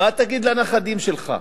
מה תגיד לנכדים שלך?